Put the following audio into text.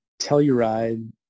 Telluride